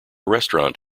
restaurant